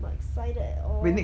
not excited at all